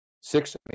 Six